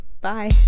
Bye